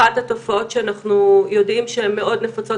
אחת התופעות שאנחנו יודעים שהן מאוד נפוצות